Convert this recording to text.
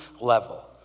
level